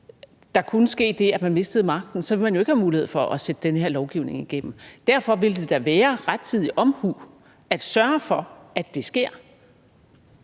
der skete det, at man mistede magten, så ville man jo ikke have mulighed for at sætte den her lovgivning igennem. Derfor ville det da være rettidig omhu at sørge for, at det sker,